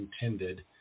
intended